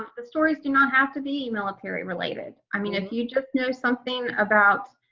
the stories do not have to be military related i mean if you just know something about